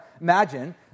Imagine